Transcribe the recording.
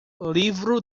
livro